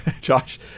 Josh